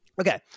Okay